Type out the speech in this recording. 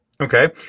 Okay